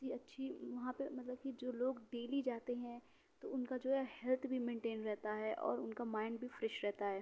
ہی اچھی وہاں پہ مطلب کہ جو لوگ ڈیلی جاتے ہیں تو ان کا جو ہے ہیلتھ بھی مینٹین رہتا ہے اور ان کا مائنڈ بھی فریش رہتا ہے